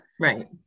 right